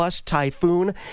Typhoon